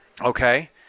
okay